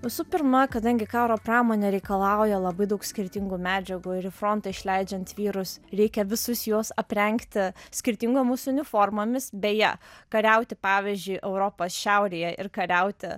visų pirma kadangi karo pramonė reikalauja labai daug skirtingų medžiagų ir į frontą išleidžiant vyrus reikia visus juos aprengti skirtingomis uniformomis beje kariauti pavyzdžiui europos šiaurėje ir kariauti